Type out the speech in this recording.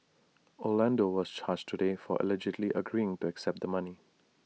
Orlando was charged today for allegedly agreeing to accept the money